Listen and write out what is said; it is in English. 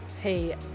Hey